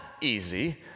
easy